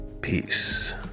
Peace